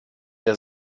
der